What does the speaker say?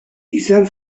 izan